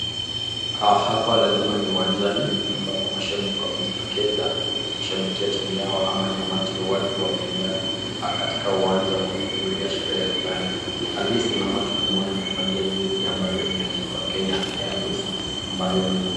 Hapa lazima ni uwanjani ambapo mashambiki wamejitokeza, kushambikia timu yao ama ni umati wa watu wameenda, katika uwanja kuhudhuria sherehe fulani . Aliyesimama tunamuona amevalia jezi ambayo imeandikwa Kenya Airways ambayo ni.